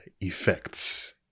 effects